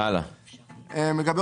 "(4)לגבי